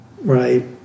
right